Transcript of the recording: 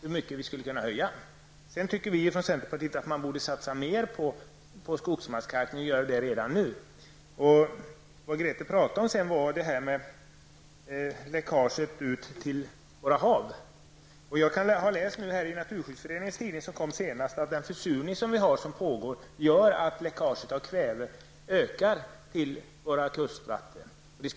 Vi i centern tycker att man bör satsa mer på skogsmarkskalkning redan nu. Sedan talade Grethe Lundblad om läckaget ut till våra hav. I Naturskyddsföreningens senaste nummer av sin tidskrift står det att den pågående försurningen gör att läckage av kväve till våra kustvatten ökar.